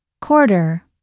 quarter